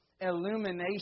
illumination